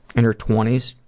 in her twenty s,